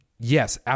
Yes